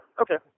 Okay